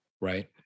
right